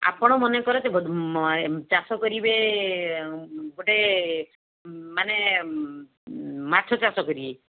ଆପଣ ମନେକର ଚାଷ କରିବେ ଗୋଟେ ମାନେ ମାଛ ଚାଷ କରିବେ